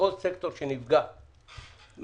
כל סקטור שנפגע מהקורונה,